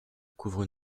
couvre